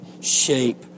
shape